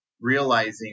realizing